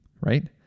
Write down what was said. right